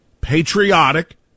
patriotic